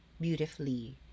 beautifully